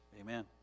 amen